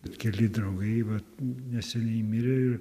tik keli draugai va neseniai mirė ir